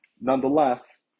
nonetheless